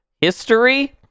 history